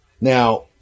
Now